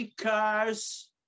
cars